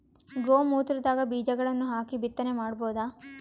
ಗೋ ಮೂತ್ರದಾಗ ಬೀಜಗಳನ್ನು ಹಾಕಿ ಬಿತ್ತನೆ ಮಾಡಬೋದ?